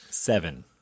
seven